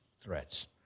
threats